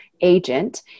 agent